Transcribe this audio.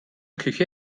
küche